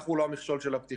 אנחנו לא המכשול של הפתיחה.